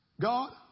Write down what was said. God